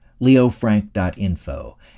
Leofrank.info